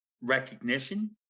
recognition